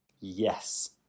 Yes